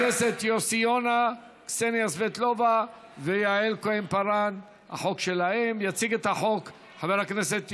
התשע"ז, של חברת הכנסת רויטל,